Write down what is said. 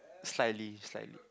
slightly slightly